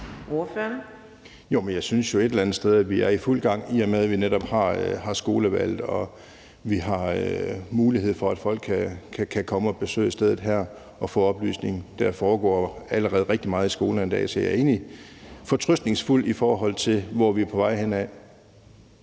andet sted, at vi er i fuld gang, i og med at vi netop har skolevalget og har mulighed for, at folk kan komme og besøge stedet her og få oplysning. Der foregår allerede rigtig meget i skolerne i dag, så jeg er egentlig fortrøstningsfuld, i forhold til hvor vi er på vej hen.